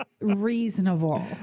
reasonable